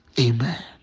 amen